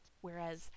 whereas